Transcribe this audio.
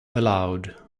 aloud